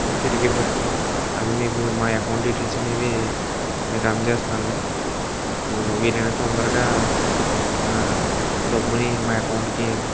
తిరిగివ్వచ్చు అది మీకు మా అకౌంట్ డీటెయిల్స్ అనేవి మీకు అందజేస్తాను మాకు వీలైనంత తొందరగా మా డబ్బుని మా అకౌంట్కి